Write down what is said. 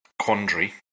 quandary